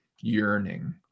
yearning